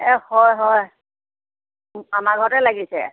এ হয় হয় আমাৰ ঘৰতে লাগিছে